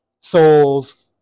souls